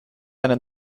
einen